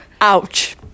Ouch